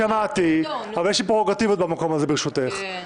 שמעתי, אבל יש לי פררוגטיבות במקום הזה, ברשותך.